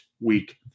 week